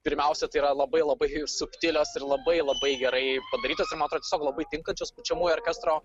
pirmiausia tai yra labai labai subtilios ir labai labai gerai padarytos ir man atrodo tiesiog labai tinkančios pučiamųjų orkestro